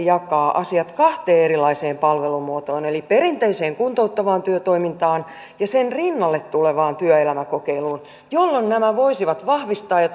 jakaa asiat kahteen erilaiseen palvelumuotoon eli perinteiseen kuntouttavaan työtoimintaan ja sen rinnalle tulevaan työelämäkokeiluun jolloin nämä voisivat vahvistaa ja